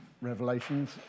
revelations